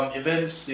events